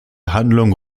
handlung